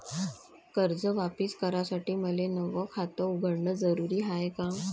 कर्ज वापिस करासाठी मले नव खात उघडन जरुरी हाय का?